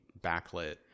backlit